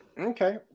Okay